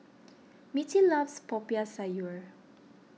Mittie loves Popiah Sayur